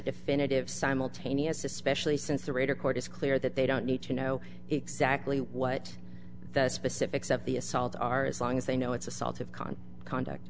definitive simultaneous especially since the raid or court is clear that they don't need to know exactly what the specifics of the assault are as long as they know it's assault of con conduct